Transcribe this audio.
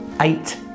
eight